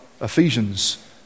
Ephesians